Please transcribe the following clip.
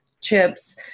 chips